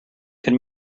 can